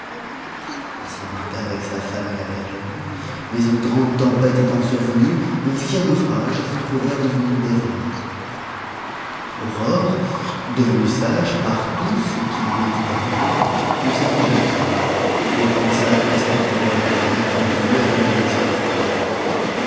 il s'embarqua avec sa femme et la bergère mais une grande tempête étant survenue ils firent naufrage et se trouvèrent dans une île déserte aurore devenue sage par tout ce qui lui était arrivé ne s'affligea point et pensa que c'était pour leur bien que dieu avait permis ce naufrage